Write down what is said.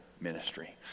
ministry